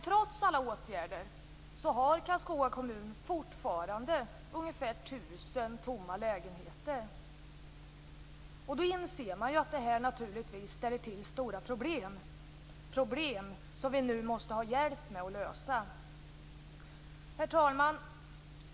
Trots alla åtgärder har Karlskoga kommun fortfarande ungefär 1 000 tomma lägenheter. Då inser man att det naturligtvis ställer till stora problem som vi nu måste ha hjälp med att lösa. Herr talman!